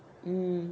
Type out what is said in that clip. mm